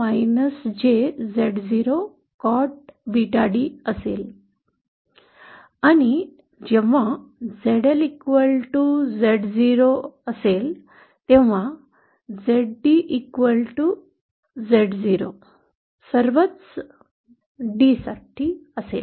आणि जेव्हा ZL Zo बरोबरीचा असेल तेव्हा ZdZo सर्वच d साठी असेल